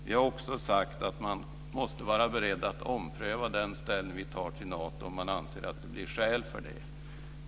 Vi har också sagt att man måste vara beredd att ompröva den ställning vi tar till Nato om man anser att det finns skäl för det.